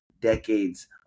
decades